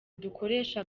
dukoresha